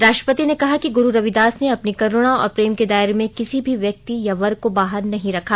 राष्ट्रपति ने कहा कि गुरु रविदास ने अपनी करुणा और प्रेम के दायरे से किसी भी व्यक्ति या वर्ग को बाहर नहीं रखा